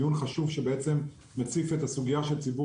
דיון חשוב שמציף את הסוגיה של ציבור